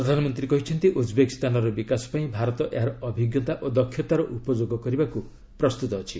ପ୍ରଧାନମନ୍ତ୍ରୀ କହିଛନ୍ତି ଉକ୍ବେକିସ୍ତାନର ବିକାଶ ପାଇଁ ଭାରତ ଏହାର ଅଭିଜ୍ଞତା ଓ ଦକ୍ଷତାର ଉପଯୋଗ କରିବାକୁ ପ୍ରସ୍ତୁତ ଅଛି